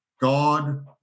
God